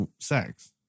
sex